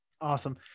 Awesome